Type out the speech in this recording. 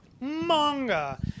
Manga